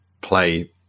play